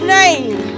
name